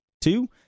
two